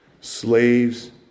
Slaves